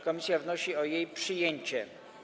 Komisja wnosi o jej przyjęcie.